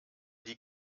die